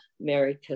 Mary